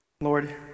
Lord